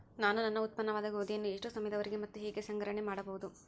ನಾನು ನನ್ನ ಉತ್ಪನ್ನವಾದ ಗೋಧಿಯನ್ನು ಎಷ್ಟು ಸಮಯದವರೆಗೆ ಮತ್ತು ಹೇಗೆ ಸಂಗ್ರಹಣೆ ಮಾಡಬಹುದು?